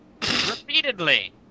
Repeatedly